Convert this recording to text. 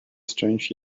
strange